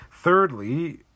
Thirdly